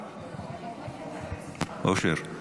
אושר,